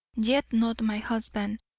yet not my husband,